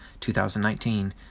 2019